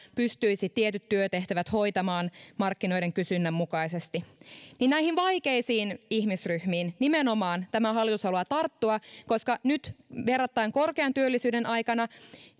pystyisi tietyt työtehtävät hoitamaan markkinoiden kysynnän mukaisesti niin nimenomaan näihin vaikeisiin ihmisryhmiin tämä hallitus haluaa tarttua koska nyt verrattain korkean työllisyyden aikana